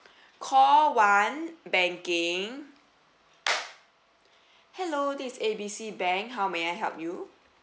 call one banking hello this is A B C bank how may I help you